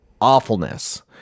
awfulness